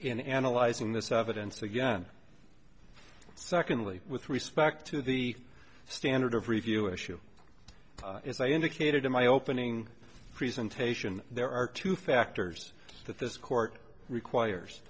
in analyzing this evidence again secondly with respect to the standard of review issue as i indicated in my opening presentation there are two factors that this court requires